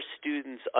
students